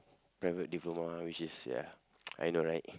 private diploma which is ya I know right